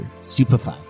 Stupefy